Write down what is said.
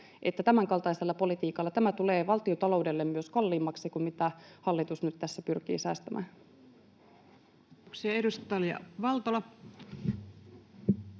tämänkaltaisella politiikalla tämä tulee valtiontaloudelle myös kalliimmaksi kuin mitä hallitus nyt tässä pyrkii säästämään.